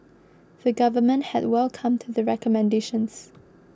the Government had welcomed the recommendations